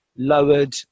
lowered